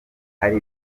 hari